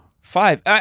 five